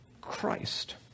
Christ